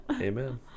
Amen